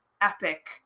epic